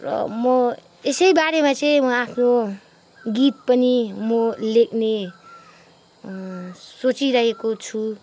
र म यसै बारेमा चाहिँ म आफ्नो गीत पनि म लेख्ने सोचिरहेको छु